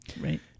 Right